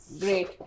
Great